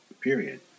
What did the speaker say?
period